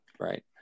right